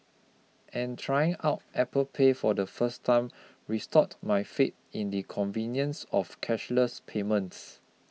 and trying out Apple Pay for the first time restored my faith in the convenience of cashless payments